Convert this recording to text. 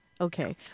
Okay